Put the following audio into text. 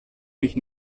mich